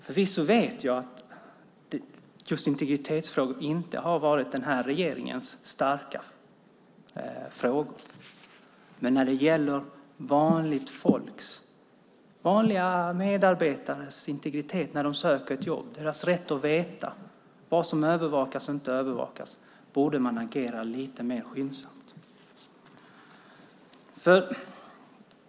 Förvisso vet jag att just integritetsfrågor inte har varit den här regeringens starka sida, men när det gäller vanliga medarbetares integritet när de söker ett jobb, deras rätt att veta vad som övervakas och inte övervakas, borde man agera lite mer skyndsamt.